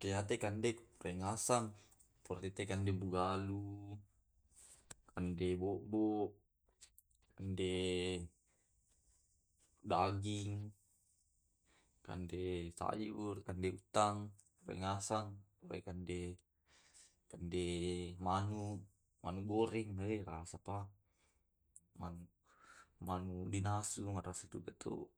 Kiateki kandek prengasan kiatek kande pu galung, kande bo'bo, kande daging, kande sayur, ande utang, prengasan. Pae kande kande manu manu goreng eih rasapa. manu manu dinasu marasa tobeto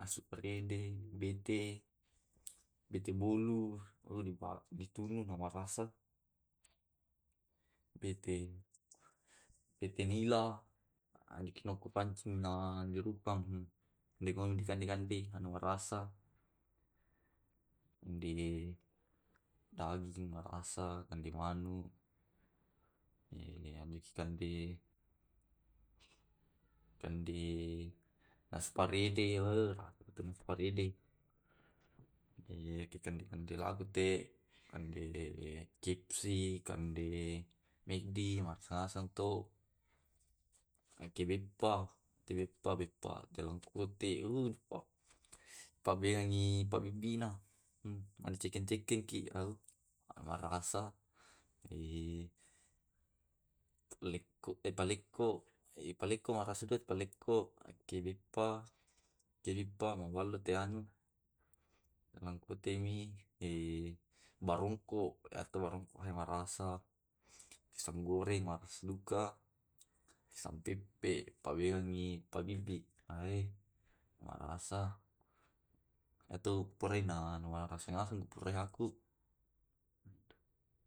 asu parede, bete bete bolu elo ditunu namarasa. Bete bete nila inikodipaccing na dirukka limontea dikande kande namarasa. Kande daging rasa kande manu, kande kande kande nasu parede ikan ikan di lagu te, kande kfc, kande mcd, macam macam to. Eki beppa, te beppa beppa telang kote apaka. Pabeangi pabibina mane cekin cekin ki na marasa. palekko palekko palekko tu marasa to palekko eki beppa eki beppa mamalate teanu, talangko temi barongko barongko ha marasa. pisang goreng maras duka pisang peppe pawiringi pabibi aih marasa. atau preangi na poreang